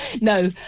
No